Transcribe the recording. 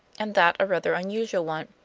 and that a rather unusual one.